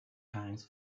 hanks